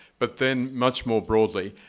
but then much more broadly,